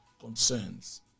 concerns